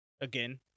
Again